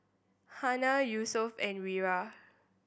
Hana Yusuf and Wira